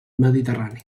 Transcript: mediterrani